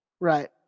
right